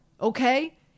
Okay